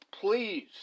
Please